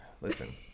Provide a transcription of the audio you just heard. listen